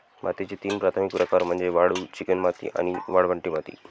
मातीचे तीन प्राथमिक प्रकार म्हणजे वाळू, चिकणमाती आणि वाळवंटी माती